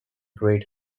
great